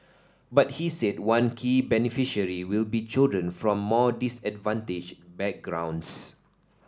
but he said one key beneficiary will be children from more disadvantaged backgrounds